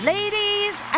Ladies